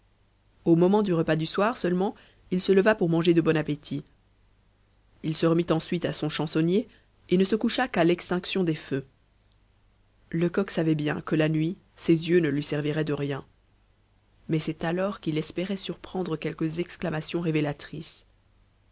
au moment du repas du soir seulement il se leva pour manger de bon appétit il se remit ensuite à son chansonnier et ne se coucha qu'à l'extinction des feux lecoq savait bien que la nuit ses yeux ne lui serviraient de rien mais c'est alors qu'il espérait surprendre quelques exclamations révélatrices